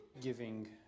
giving